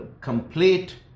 complete